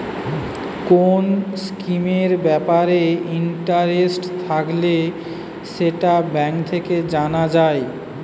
কোন স্কিমের ব্যাপারে ইন্টারেস্ট থাকলে সেটা ব্যাঙ্ক থেকে জানা যায়